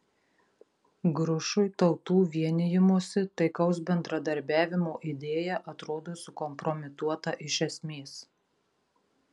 grušui tautų vienijimosi taikaus bendradarbiavimo idėja atrodo sukompromituota iš esmės